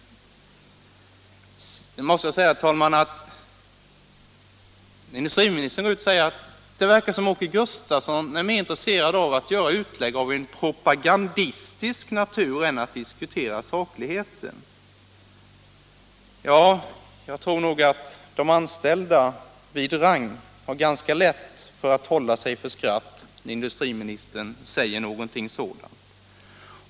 Industriministern säger: Det verkar som om Åke Gustavsson är mer intresserad av att göra uttalanden av propagandistisk natur än av att diskutera sakligheter. Ja, jag tror att de anställda vid Rang har ganska lätt att hålla sig för skratt när industriministern säger någonting sådant.